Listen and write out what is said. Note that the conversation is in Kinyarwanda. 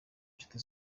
nshuti